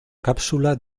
cápsula